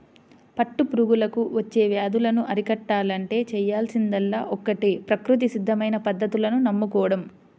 పట్టు పురుగులకు వచ్చే వ్యాధులను అరికట్టాలంటే చేయాల్సిందల్లా ఒక్కటే ప్రకృతి సిద్ధమైన పద్ధతులను నమ్ముకోడం